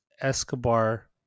Escobar